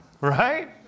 right